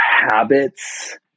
habits